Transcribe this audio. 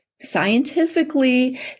scientifically